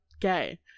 Gay